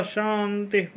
Shanti